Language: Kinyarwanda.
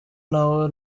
nawo